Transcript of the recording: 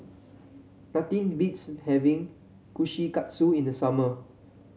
nothing beats having Kushikatsu in the summer